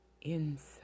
inside